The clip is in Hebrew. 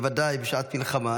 ובוודאי בשעת מלחמה.